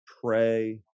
pray